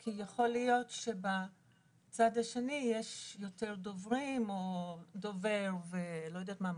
כי יכול להיות שבצד השני יש יותר דוברים או דובר ומצגת,